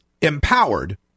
empowered